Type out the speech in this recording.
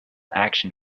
action